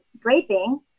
draping